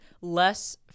less